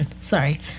sorry